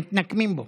מתנקמים בו.